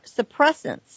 suppressants